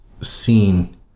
seen